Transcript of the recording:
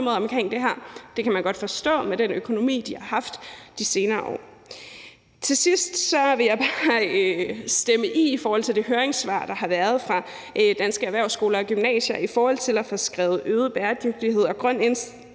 for det her. Det kan man godt forstå med den økonomi, de har haft de senere år. Til sidst vil jeg bare stemme i i forhold til det høringssvar, der er kommet fra Danske Erhvervsskoler og -Gymnasier i forhold til at få skrevet øget bæredygtighed og grøn